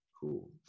Cool